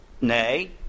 Nay